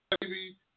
baby